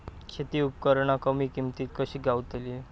शेती उपकरणा कमी किमतीत कशी गावतली?